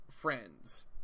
Friends